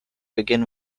begin